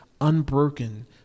unbroken